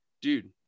Dude